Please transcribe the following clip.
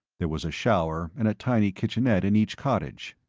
there was a shower and a tiny kitchenette in each cottage.